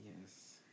Yes